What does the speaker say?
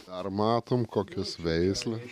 dar matome kokios veislės